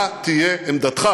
מה תהיה עמדתך